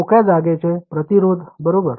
मोकळ्या जागेचे प्रतिरोध बरोबर